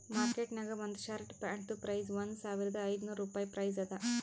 market ನಾಗ್ ಒಂದ್ shirt ಪ್ಯಾಂಟ್ದು ಪ್ರೈಸ್ ಒಂದ್ ಸಾವಿರದ ಐದ ನೋರ್ ರುಪಾಯಿ ಪ್ರೈಸ್ ಅದಾ